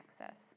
access